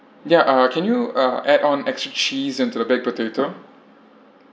ya uh can you uh add on extra cheese into the baked potato